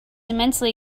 immensely